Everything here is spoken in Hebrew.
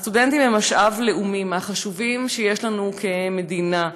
הסטודנטים הם משאב לאומי מהחשובים שיש לנו כמדינה,